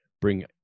bring